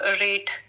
rate